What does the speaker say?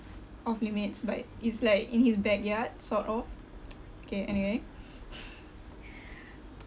off limits but is like in his backyard sort of K anyway